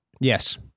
Yes